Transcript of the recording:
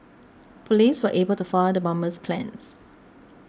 police were able to foil the bomber's plans